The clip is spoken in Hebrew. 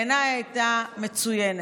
בעיניי, זה היה מצוין.